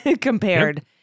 compared